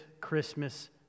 Christmas